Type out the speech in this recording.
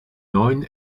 neuen